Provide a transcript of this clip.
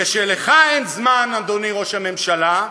כשלך אין זמן, אדוני ראש הממשלה,